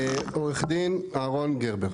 עו"ד אהרן גרבר.